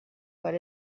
but